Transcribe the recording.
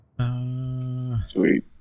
Sweet